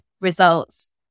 results